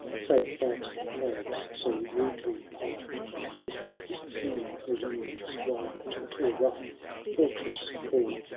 saye that the crags so rudely piled. at distance seen, resemblance wild to a rough fortress bore.